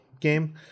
game